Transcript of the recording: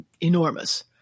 enormous